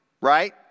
right